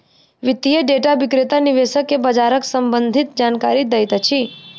वित्तीय डेटा विक्रेता निवेशक के बजारक सम्भंधित जानकारी दैत अछि